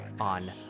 on